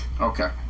Okay